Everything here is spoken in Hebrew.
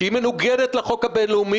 שהיא מנוגדת לחוק הבין-לאומי,